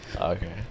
Okay